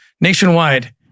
nationwide